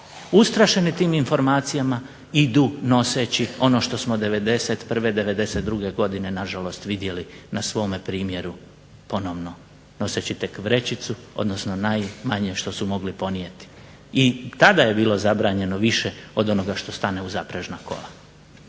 ustrašeni tim informacijama idu noseći ono što smo '91., '92. godine nažalost vidjeli na svome primjeru ponovno, noseći tek vrećicu odnosno najmanje što su mogli ponijeti. I tada je bilo zabranjeno više od onoga što stane u zaprežna kola.